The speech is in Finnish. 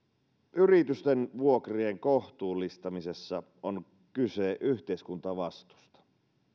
yritysten vuokrien kohtuullistamisessa on kyse yhteiskuntavastuusta